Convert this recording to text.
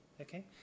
okay